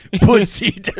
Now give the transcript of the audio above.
pussy